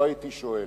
לא הייתי שואל.